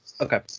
Okay